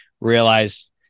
realize